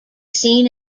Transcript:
seen